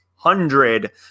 hundred